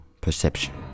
perception